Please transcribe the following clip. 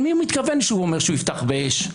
למי הוא מתכוון כשהוא אומר שהוא יפתח באש?